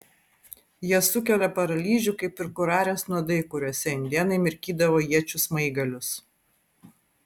jie sukelia paralyžių kaip ir kurarės nuodai kuriuose indėnai mirkydavo iečių smaigalius